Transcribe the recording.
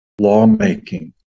lawmaking